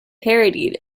parodied